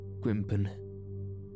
Grimpen